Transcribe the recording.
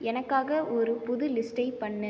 எனக்காக ஒரு புது லிஸ்ட்டை பண்ணு